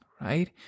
Right